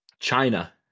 China